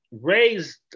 raised